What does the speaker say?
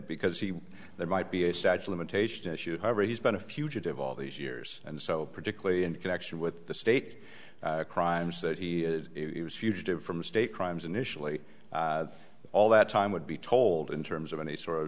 because he there might be a statue limitation issue however he's been a fugitive all these years and so particularly in connection with the state crimes that he was fugitive from state crimes initially all that time would be told in terms of any sort of